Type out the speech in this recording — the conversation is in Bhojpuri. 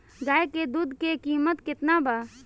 गाय के दूध के कीमत केतना बा?